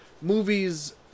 movies